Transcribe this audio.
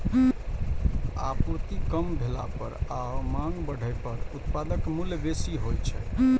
आपूर्ति कम भेला पर आ मांग बढ़ै पर उत्पादक मूल्य बेसी होइ छै